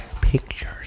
pictures